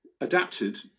adapted